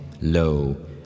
Lo